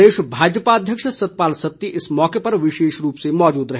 प्रदेश भाजपा अध्यक्ष सतपाल सत्ती इस मौके विशेष रूप से मौजूद रहे